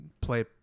play